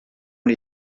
les